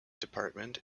department